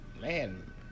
man